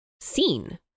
seen